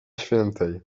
świętej